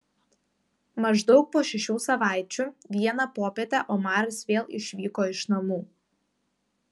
maždaug po šešių savaičių vieną popietę omaras vėl išvyko iš namų